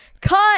cut